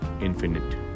infinite